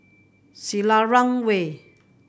Selarang Way